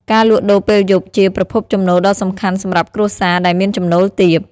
ការលក់ដូរពេលយប់ជាប្រភពចំណូលដ៏សំខាន់សម្រាប់គ្រួសារដែលមានចំណូលទាប។